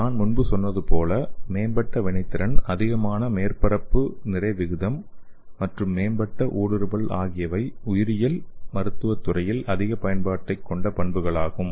நான் முன்பு சொன்னது போல் மேம்பட்ட வினைத்திறன் அதிகமான மேற்பரப்பு நிறை விகிதம் மற்றும் மேம்பட்ட ஊடுருவல் ஆகியவை உயிரியல் மருத்துவ துறையில் அதிக பயன்பாட்டைக் கொண்ட பண்புகளாகும்